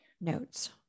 notes